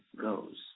goes